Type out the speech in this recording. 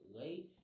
late